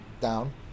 down